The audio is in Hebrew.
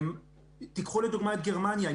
קחו לדוגמה את גרמניה.